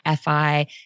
FI